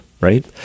right